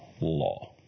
law